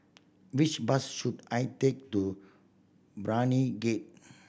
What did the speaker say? which bus should I take to Brani Gate